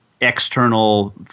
external